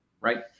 Right